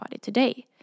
today